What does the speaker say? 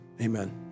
Amen